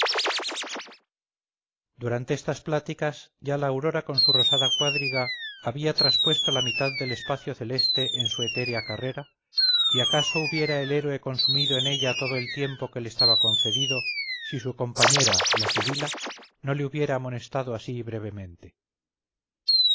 durante estas pláticas ya la aurora con su rosada cuadriga había traspuesto la mitad del espacio celeste en su etérea carrera y acaso hubiera el héroe consumido en ellas todo el tiempo que le estaba concedido si su compañera la sibila no le hubiera amonestado así brevemente